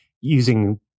using